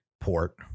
port